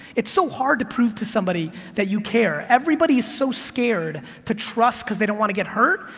it's so hard to prove to somebody that you care, everybody is so scared to trust because they don't want to get hurt,